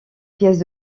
pièces